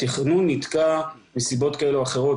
התכנון נתקע מסיבות כאלה ואחרות,